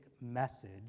message